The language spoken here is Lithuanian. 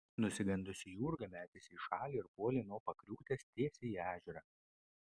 nusigandusi jurga metėsi į šalį ir puolė nuo pakriūtės tiesiai į ežerą